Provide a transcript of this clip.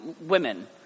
women